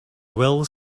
will